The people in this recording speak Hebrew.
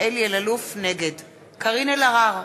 נגד קארין אלהרר,